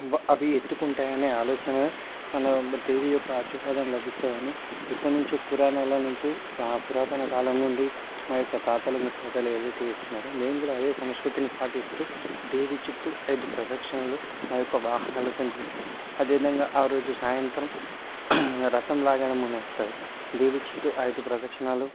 అవి ఎత్తుకుంటాయనే ఆలోచన మన దేవీ యొక్క ఆశీర్వాదం లభిస్తాయని ఎప్పట్నుంచో పురాణాల నుంచి ఆ పురాతన కాలం నుండి మా యొక్క తాతలు ముత్తాతలు ఏదయితే చేస్తున్నారో మేం కూడా అదే సంస్కృతిని పాటిస్తూ దేవి చుట్టూ ఐదు ప్రదక్షణలు మా యొక్క వాహనాలతోని చేస్తాం అదేవిధంగా ఆరోజు సాయంత్రం రథం లాగడం అనంటారు దేవీ చుట్టూ ఐదు ప్రదక్షిణలు